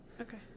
okay